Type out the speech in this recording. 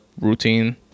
routine